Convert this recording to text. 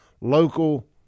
local